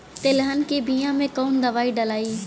तेलहन के बिया मे कवन दवाई डलाई?